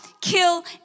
kill